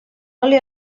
oli